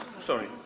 Sorry